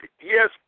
yes